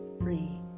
free